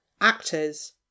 actors